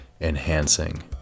enhancing